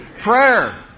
Prayer